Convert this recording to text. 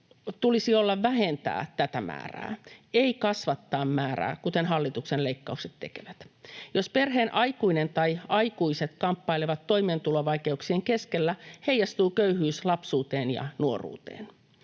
tulisi olla vähentää tätä määrää, ei kasvattaa sitä, kuten hallituksen leikkaukset tekevät. Jos perheen aikuinen tai aikuiset kamppailevat toimeentulovaikeuksien keskellä, heijastuu köyhyys lapsuuteen ja nuoruuteen.